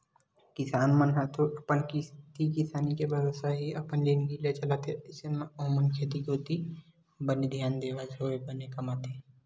किसान मन ह तो अपन खेती किसानी के भरोसा ही अपन जिनगी ल चलाथे अइसन म ओमन खेती कोती बने धियान देवत होय बने कमाथे